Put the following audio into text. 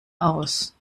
aus